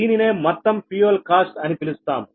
దీనినే మొత్తం fuel cost అని పిలుస్తాము